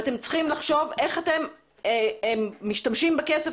אתם צריכים לחשוב איך אתם משתמשים בכסף